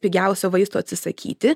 pigiausio vaisto atsisakyti